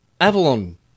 Avalon